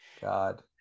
God